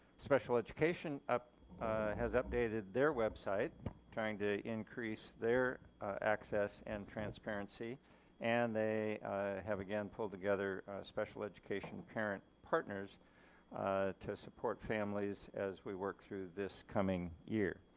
special education has updated their website trying to increase their access and transparency and they have again pulled together special education parent partners to support families as we work through this coming year.